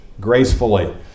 gracefully